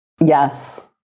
Yes